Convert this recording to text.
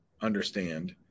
understand